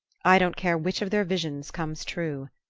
i don't care which of their visions comes true,